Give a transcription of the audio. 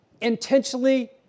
intentionally